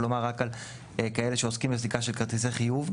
כלומר רק על כאלה שעוסקים בסליקה של כרטיסי חיוב.